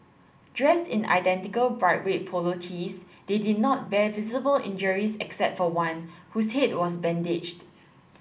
dressed in identical bright red polo tees they did not bear visible injuries except for one whose head was bandaged